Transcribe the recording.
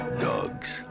Dogs